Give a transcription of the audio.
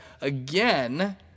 again